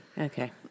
Okay